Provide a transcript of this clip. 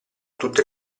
tutte